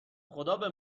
خدابه